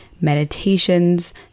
meditations